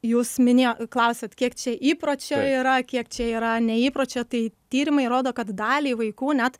jūs minėjo klausėt kiek čia įpročio yra kiek čia yra ne įpročio tai tyrimai rodo kad daliai vaikų net